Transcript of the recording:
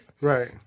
Right